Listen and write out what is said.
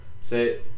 say